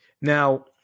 Now